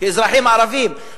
כאזרחים ערבים,